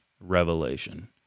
revelation